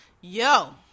Yo